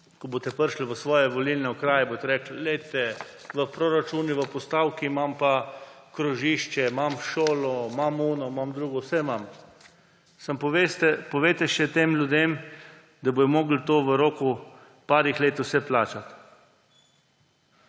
ko boste prišli v svoje volilne okraje, boste rekli, v proračunu, v postavki imam pa krožišče, imam šolo, imam tisto, imam drugo, vse imam, samo povejte tem ljudem še, da bodo morali to v roku nekaj let vse plačati.